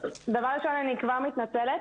דבר ראשון אני כבר מתנצלת,